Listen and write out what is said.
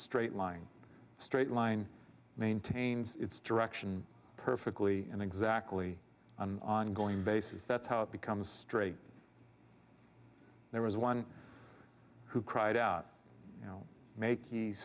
straight line straight line maintains its direction perfectly and exactly an ongoing basis that's how it becomes straight there was one who cried out you know make the